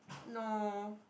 no